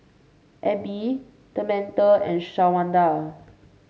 Abbie Tamatha and Shawanda